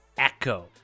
Echo